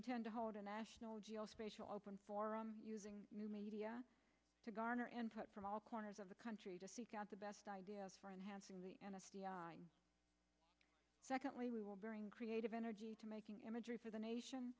intend to hold a national geospatial open forum using new media to garner and talk from all corners of the country to seek out the best ideas for enhancing the secondly we will bring creative energy to making imagery for the nation